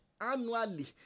annually